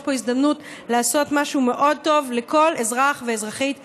יש פה הזדמנות לעשות משהו מאוד טוב לכל אזרח ואזרחית בישראל.